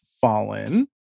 fallen